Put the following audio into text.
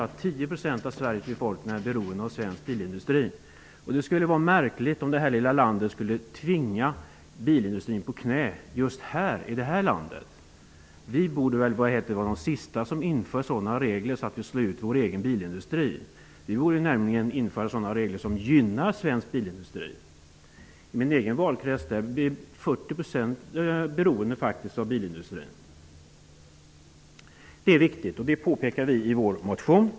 10 % av Sveriges befolkning är nämligen beroende av svensk bilindustri. Det skulle vara märkligt om bilindustrin skulle tvingas ner på knä just i vårt lilla land. Sverige borde väl vara ett av de sista länderna som inför regler som gör att den egna bilindustrin slås ut. Vi borde i stället införa sådana regler som gynnar svensk bilindustri. I min egen valkrets är faktiskt 40 % av befolkningen beroende av bilindustrin. Det här är viktiga saker, vilket vi framhåller i vår motion.